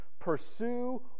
pursue